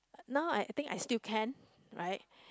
now I I think I still can right